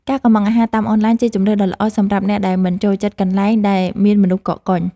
ការកុម្ម៉ង់អាហារតាមអនឡាញ ជាជម្រើសដ៏ល្អសម្រាប់អ្នកដែលមិនចូលចិត្តកន្លែងដែលមានមនុស្សកកកុញ។